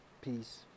Peace